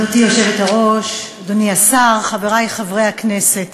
גברתי היושבת-ראש, אדוני השר, חברי חברי הכנסת,